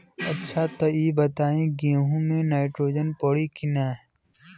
अच्छा त ई बताईं गेहूँ मे नाइट्रोजन पड़ी कि ना?